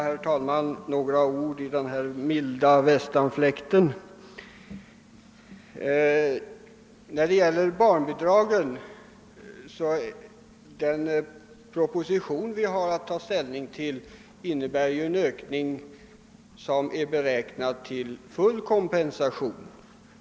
Herr talman! Bara några ord i den här milda västanfläkten! Den proposition om barnbidragen som vi har att ta ställning till innebär en ökning som beräknas ge full kompensation.